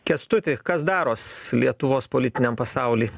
kęstuti kas daros lietuvos politiniam pasauly